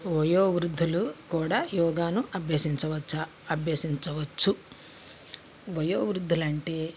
వయోవృద్ధులు కూడా యోగాను అభ్యసించవచ్చా అభ్యసించవచ్చు వయోవృద్ధులు అంటే